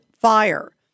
fire